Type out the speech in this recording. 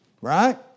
Right